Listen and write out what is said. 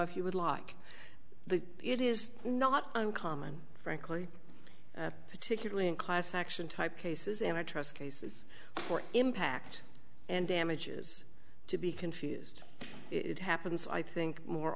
if you would like the it is not uncommon frankly particularly in class action type cases and i trust cases for impact and damages to be confused it happens i think more